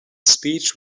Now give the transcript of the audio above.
speech